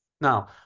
Now